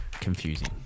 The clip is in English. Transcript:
Confusing